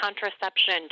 contraception